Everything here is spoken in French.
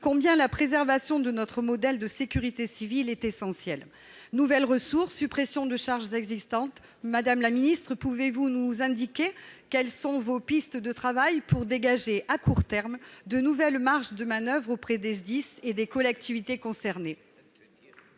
combien la préservation de notre modèle de sécurité civile est essentielle. Nouvelles ressources, suppression des charges existantes, madame la ministre, pouvez-vous nous indiquer quelles sont vos pistes de travail pour dégager, à court terme, de nouvelles marges de manoeuvre auprès des SDIS et des collectivités concernées ?